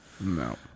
No